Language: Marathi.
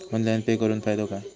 ऑनलाइन पे करुन फायदो काय?